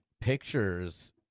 pictures